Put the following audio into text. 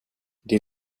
din